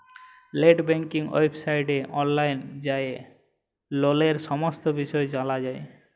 late banking ওয়েবসাইটে অললাইল যাঁয়ে ললের সমস্ত বিষয় জালা যায়